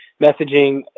messaging